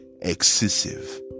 excessive